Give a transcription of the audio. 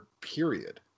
period